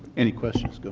any questions?